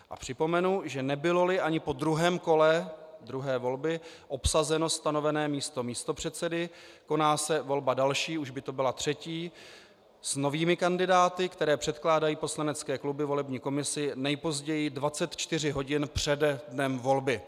A připomenu, že nebyloli ani po druhém kole druhé volby obsazeno stanovené místo místopředsedy, koná se volba další, už by to byla třetí, s novými kandidáty, které předkládají poslanecké kluby volební komisi nejpozději 24 hodin před dnem volby.